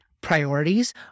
priorities